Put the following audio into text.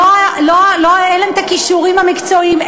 אין להם הכישורים המקצועיים,